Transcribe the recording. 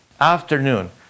afternoon